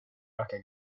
röka